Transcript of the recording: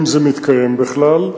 אם זה מתקיים בכלל.